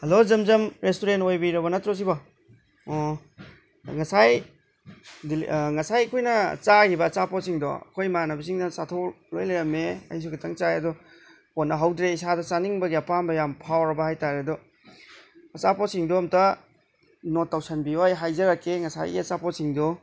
hello ꯖꯝ ꯖꯝ restaurant ꯑꯣꯏꯕꯤꯔꯕ ꯅꯠꯇ꯭ꯔꯣ ꯁꯤꯕꯣ ꯑꯣ ꯉꯁꯥꯏ ꯉꯁꯥꯏ ꯑꯩꯈꯣꯏꯅ ꯆꯥꯈꯤꯕ ꯑꯆꯥꯄꯣꯠꯁꯤꯡꯗꯣ ꯑꯩꯈꯣꯏ ꯏꯃꯥꯟꯅꯕꯁꯤꯡꯅ ꯆꯥꯊꯣꯛ ꯂꯣꯏ ꯂꯩꯔꯝꯃꯦ ꯑꯩꯁꯨ ꯈꯤꯇꯪ ꯆꯥꯏ ꯑꯗꯣ ꯀꯣꯅꯍꯧꯗ꯭ꯔꯦ ꯏꯁꯥꯗ ꯆꯥꯅꯤꯡꯕꯒꯤ ꯑꯄꯥꯝꯕ ꯌꯥꯝ ꯐꯥꯎꯔꯕ ꯍꯥꯏꯇꯥꯔꯦ ꯑꯗꯣ ꯑꯆꯥꯄꯣꯠꯁꯤꯡꯗꯣ ꯑꯝꯇ ꯅꯣꯠ ꯇꯧꯁꯤꯟꯕꯤꯌꯨ ꯑꯩ ꯍꯥꯏꯖꯔꯛꯀꯦ ꯉꯁꯥꯏꯒꯤ ꯑꯆꯥꯄꯣꯠꯁꯤꯡꯗꯣ